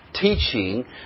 teaching